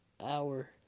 hour